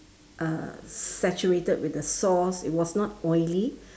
uh saturated with the sauce it was not oily